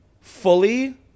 fully